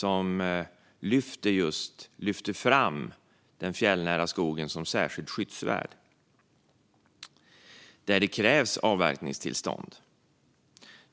Den framhåller den fjällnära skogen som särskilt skyddsvärd där det krävs avverkningstillstånd.